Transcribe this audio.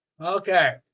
okay